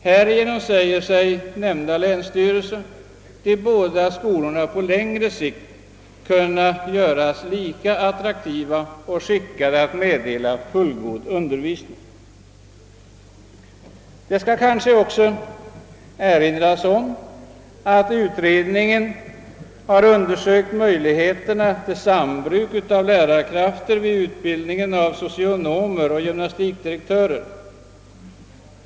Härigenom tror man att de båda skolorna på längre sikt kan göras lika attraktiva och skickade att meddela fullgod undervisning. Det skall kanske också framhållas att utredningen har undersökt möjligheterna till sambruk av lärarkrafter vid utbildningen av socionomer och gymnastikdirektörer.